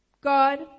God